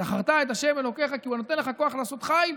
"וזכרת את ה' אלהיך כי הוא הנתן לך כח לעשות חיל"